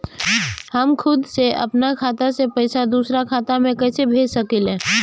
हम खुद से अपना खाता से पइसा दूसरा खाता में कइसे भेज सकी ले?